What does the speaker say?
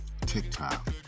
TikTok